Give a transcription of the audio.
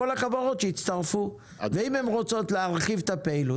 הכוונה שבהיתר ההפעלה יהיה כתוב בעל תפקיד,